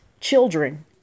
children